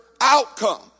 outcome